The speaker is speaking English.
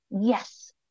yes